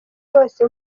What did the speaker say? bwose